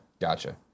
Gotcha